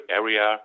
area